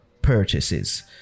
purchases